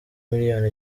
miliyoni